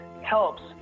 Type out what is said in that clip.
helps